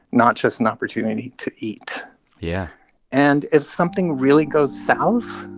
not just an opportunity to eat yeah and if something really goes south,